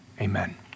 Amen